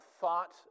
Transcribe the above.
thought